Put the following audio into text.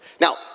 Now